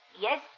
Yes